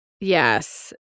Yes